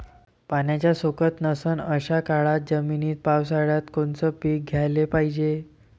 पाण्याचा सोकत नसन अशा काळ्या जमिनीत पावसाळ्यात कोनचं पीक घ्याले पायजे?